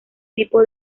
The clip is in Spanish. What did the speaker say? tipo